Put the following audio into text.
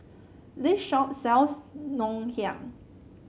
this shop sells Ngoh Hiang